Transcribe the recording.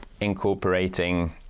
incorporating